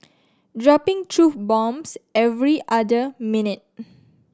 dropping truth bombs every other minute